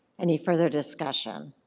any further discussion?